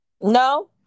no